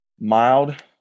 mild